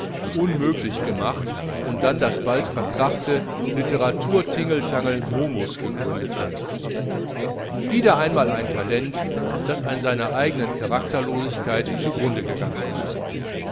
unmöglich gemacht und dann das bald verkrachte literatur tingeltangel momus gegründet hat wieder einmal ein talent das an seiner eigenen charakterlosigkeit zu grunde gegangen ist